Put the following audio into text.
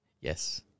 Yes